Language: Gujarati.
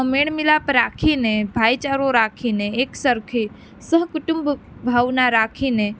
મેળ મિલાપ રાખીને ભાઈચારો રાખીને એક સરખી સહ કુટુંબ ભાવના રાખીને